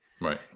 Right